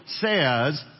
says